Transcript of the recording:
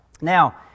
Now